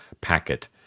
packet